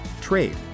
trade